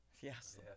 Yes